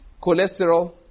cholesterol